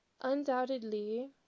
undoubtedly